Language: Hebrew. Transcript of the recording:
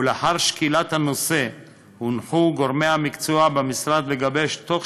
ולאחר שקילת הנושא הונחו גורמי המקצוע במשרד לגבש בתוך